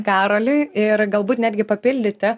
karoliui ir galbūt netgi papildyti